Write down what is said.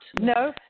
No